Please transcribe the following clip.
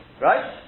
right